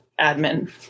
admin